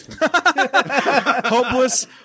Hopeless